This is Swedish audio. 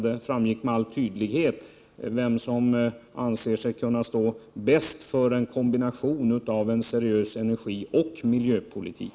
Då framgick det med all önskvärd tydlighet vem som bäst anser sig kunna stå för en kombination av seriös energioch miljöpolitik.